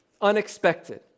unexpected